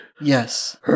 Yes